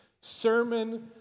Sermon